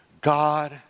God